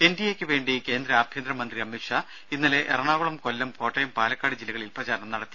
എൻഡിഎക്ക് വേണ്ടി കേന്ദ്ര ആഭ്യന്തര മന്ത്രി അമിത് ഷാ ഇന്നലെ എറണാകുളം കൊല്ലം കോട്ടയം പാലക്കാട് ജില്ലകളിൽ പ്രചാരണം നടത്തി